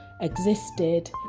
existed